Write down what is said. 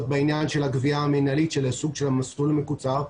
בעניין של הגבייה המנהלית עם המסלול המקוצר,